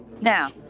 Now